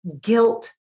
guilt